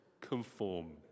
conform